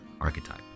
archetype